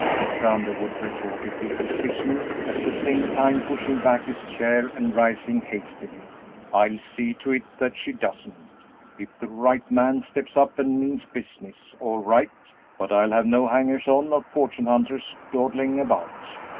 mr. underwood retorted, with decision, at the same time pushing back his chair and rising hastily i'll see to it that she doesn't. if the right man steps up and means business, all right but i'll have no hangers-on or fortune-hunters dawdling about!